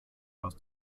aus